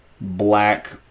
black